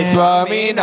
Swami